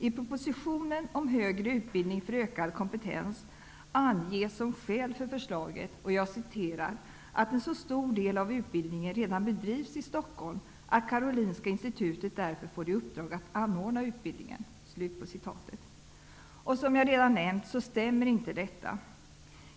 I propositionen om högre utbildning för ökad kompetens anges som skäl för förslaget att ''en så stor del av utbildningen redan bedrivs i Stockholm att Karolinska institutet därför får i uppdrag att anordna utbildningen''. Som jag redan nämnt, stämmer inte detta.